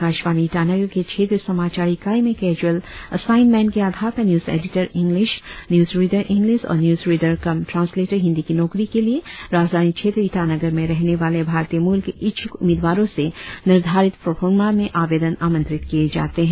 आकाशवानी ईटानगर के क्षेत्रीय समाचार इकाई में कैजुल असाइनमेंट के आधार पर news editor English news reader English और news reader cum translator Hindi की नौकरी के लिए राजधानी क्षेत्र ईटानगर में रहने वाले भारतीय मूल के इच्छूक उम्मीदवारों से निर्धारित प्रोफार्मा में आवेदन आमंत्रित किए जाते है